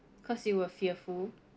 cause you were fearful